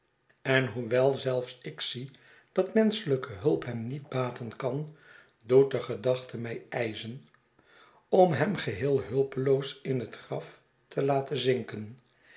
en hoewel zelfs ik zie dat menschelijke hulp hem niet baten kan doet de gedachte mij ijzen om hem geheel hulpeloos in het graf te laten zinken